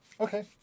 Okay